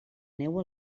neu